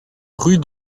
rue